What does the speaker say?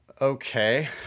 Okay